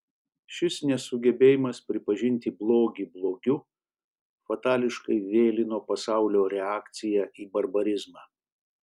šis nesugebėjimas pripažinti blogį blogiu fatališkai vėlino pasaulio reakciją į barbarizmą